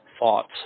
Thoughts